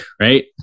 right